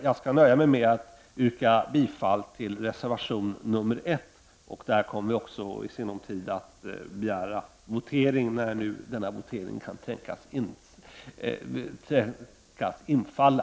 Jag nöjer mig med att yrka bifall till reservation 1. Beträffande den reservationen kommer vi i sinom tid att begära votering, när nu den kan tänkas infalla.